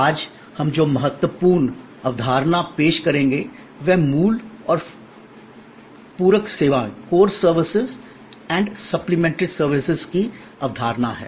आज हम जो महत्वपूर्ण अवधारणा पेश करेंगे वह मूल और पूरक सेवाओं की अवधारणा है